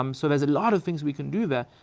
um so there's a lot of things we can do there,